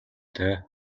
дээ